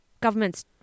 Governments